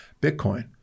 Bitcoin